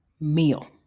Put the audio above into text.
meal